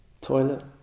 toilet